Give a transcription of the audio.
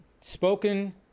Spoken